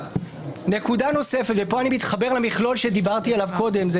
נקודה נוספת ופה אני מתחבר למכלול שדיברתי עליו קודם זה